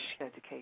education